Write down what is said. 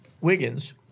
Wiggins